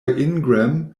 ingram